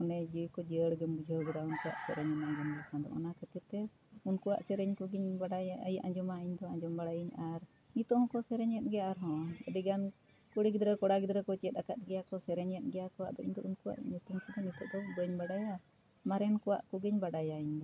ᱚᱱᱮ ᱡᱮ ᱠᱚ ᱡᱤᱭᱟᱲ ᱜᱮᱢ ᱵᱩᱡᱷᱟᱹᱣ ᱠᱮᱫᱟ ᱩᱱᱠᱩᱣᱟᱜ ᱥᱮᱨᱮᱧ ᱮᱢᱟᱱ ᱫᱚ ᱚᱱᱟ ᱠᱷᱟᱹᱛᱤᱨ ᱛᱮ ᱩᱱᱠᱩᱣᱟᱜ ᱥᱮᱨᱮᱧ ᱠᱚᱜᱮᱧ ᱵᱟᱰᱟᱭᱟ ᱟᱸᱡᱚᱢᱟ ᱤᱧ ᱫᱚ ᱟᱸᱡᱚᱢ ᱵᱟᱲᱟᱭᱟᱹᱧ ᱟᱨ ᱱᱤᱛᱚᱜ ᱦᱚᱸᱠᱚ ᱥᱮᱨᱮᱧᱮᱫ ᱜᱮᱭᱟ ᱟᱨᱦᱚᱸ ᱟᱹᱰᱤ ᱜᱟᱱ ᱠᱩᱲᱤ ᱜᱤᱫᱽᱨᱟᱹ ᱠᱚᱲᱟ ᱜᱤᱫᱽᱨᱟᱹ ᱠᱚ ᱪᱮᱫ ᱟᱠᱟᱫ ᱜᱮᱭᱟ ᱠᱚ ᱥᱮᱨᱮᱧᱮᱫ ᱜᱮᱭᱟ ᱠᱚᱣᱟᱜ ᱫᱚ ᱤᱧ ᱫᱚ ᱩᱱᱠᱩᱭᱟᱜ ᱧᱩᱛᱩᱢ ᱠᱚᱫᱚ ᱱᱤᱛᱚᱜ ᱫᱚ ᱵᱟᱹᱧ ᱵᱟᱰᱟᱭᱟ ᱢᱟᱨᱮᱱ ᱠᱚᱣᱟᱜ ᱠᱚᱜᱮᱧ ᱵᱟᱰᱟᱭᱟ ᱤᱧ ᱫᱚ